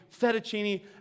fettuccine